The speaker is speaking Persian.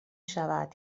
شود